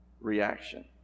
reaction